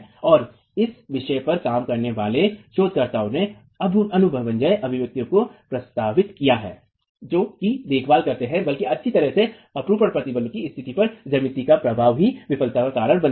और इस विषय पर काम करने वाले शोधकर्ताओं ने अनुभवजन्य अभिव्यक्तियों को प्रस्तावित किया है जो कि देखभाल करते हैं बल्कि अच्छी तरह से अपरूपण प्रतिबल की स्थिति पर ज्यामिति का प्रभाव ही विफलता का कारण बनता है